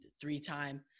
three-time